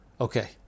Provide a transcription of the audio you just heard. Okay